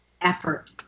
effort